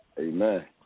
Amen